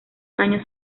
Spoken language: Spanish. años